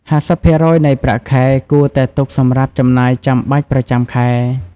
៥០% នៃប្រាក់ខែ គួរតែទុកសម្រាប់ចំណាយចាំបាច់ប្រចាំខែ។